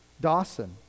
Dawson